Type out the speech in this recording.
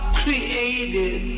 created